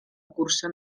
cursa